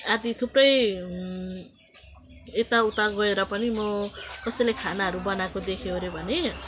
आदि थुप्रै यताउता गएर पनि म कसैले खानाहरू बनाएको देख्योओर्यो भने